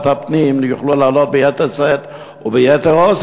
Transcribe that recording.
הפנים יוכלו להעלות ביתר שאת וביתר עוז,